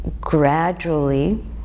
gradually